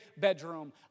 bedroom